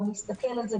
בוא נסתכל על זה,